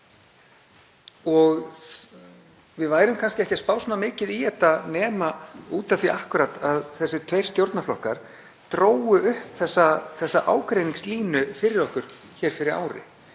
Við værum kannski ekki að spá mikið í þetta nema út af því að akkúrat þessir tveir stjórnarflokkar drógu upp þessa ágreiningslínu fyrir okkur hér fyrir ári.